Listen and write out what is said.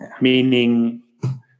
Meaning